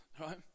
Right